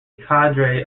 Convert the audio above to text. cadre